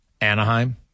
Anaheim